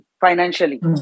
financially